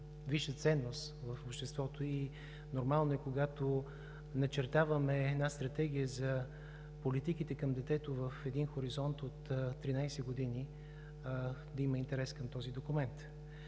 висша ценност в обществото и е нормално, когато начертаваме Стратегия за политиките към детето в хоризонт от 13 години, да има интерес към този документ.